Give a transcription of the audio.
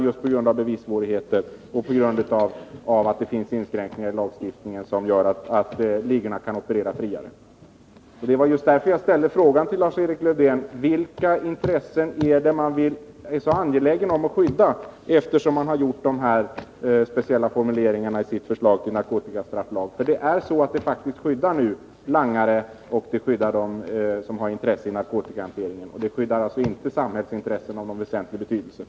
Just på grund av bevissvårigheter och inskränkningar i lagstiftningen, som gör att ligorna kan operera ganska fritt, har det inte gått att få fällande domar. Det var just därför jag ställde frågan till Lars-Erik Lövdén: Vilka intressen är det som regeringen är så angelägen om att skydda? De här speciella formuleringarna skyddar faktiskt langare och dem som har intressen i narkotikahanteringen. De skyddar alltså inte samhällets intressen i någon väsentlig utsträckning.